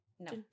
No